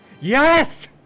Yes